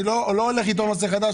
אני לא הולך לטעון נושא חדש,